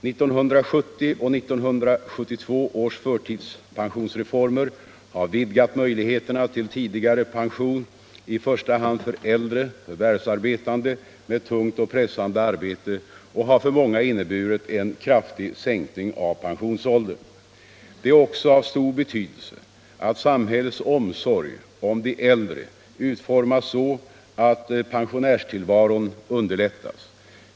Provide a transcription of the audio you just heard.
1970 och 1972 års förtidspensionsreformer har vidgat möjligheterna till tidigare pension i första hand för äldre förvärvsarbetande med tungt och pressande arbete och har för många inneburit en kraftig sänkning av pensionsåldern. Det är också av stor betydelse att samhällets omsorg om de äldre utformas så att pensionärstillvaron underlättas.